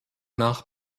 nach